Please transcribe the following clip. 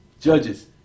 Judges